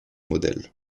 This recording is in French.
modèle